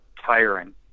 tiring